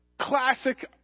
classic